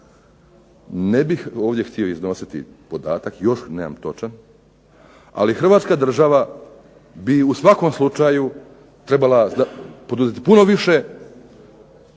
Ne bih ovdje htio iznositi podatak, još nemam točan, ali Hrvatska država bi u svakom slučaju trebala znati poduzeti puno više